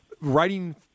writing